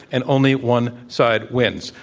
and only one side wins.